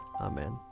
Amen